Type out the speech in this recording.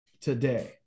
today